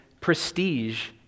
prestige